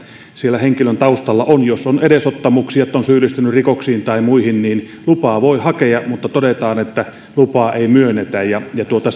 siellä henkilön taustalla on jos on edesottamuksia että on syyllistynyt rikoksiin tai muihin niin lupaa voi hakea mutta todetaan että lupaa ei myönnetä